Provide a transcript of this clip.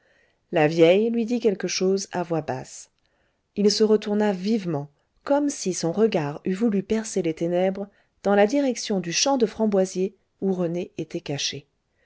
la vieille lui dit quelque chose à voix basse il se retourna vivement comme si son regard eût voulu percer les ténèbres dans la direction du champ de framboisiers où rené était caché